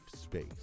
space